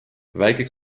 väike